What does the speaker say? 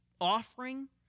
offering